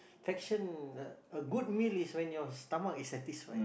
~faction uh a good meal is when your stomach is satisfied